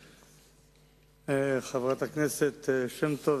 חברת הכנסת שמטוב,